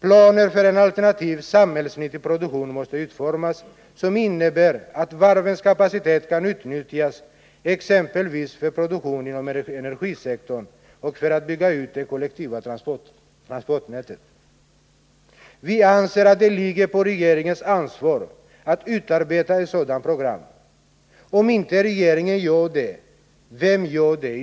Planer för en alternativ samhällsnyttig produktion måste utformas, vilket innebär att varvens kapacitet kan utnyttjas exempelvis för produktion inom energisektorn och för att bygga ut det kollektiva transportnätet. Vi anser att det ligger på regeringens ansvar att utarbeta ett sådant program. Om inte regeringen gör det — vem skall i så fall göra det?